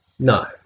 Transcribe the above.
No